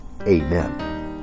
Amen